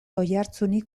oihartzunik